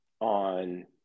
on